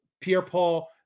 Pierre-Paul